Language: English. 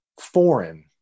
foreign